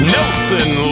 Nelson